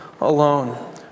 alone